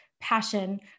passion